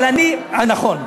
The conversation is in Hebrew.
אבל אני, נכון.